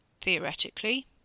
Theoretically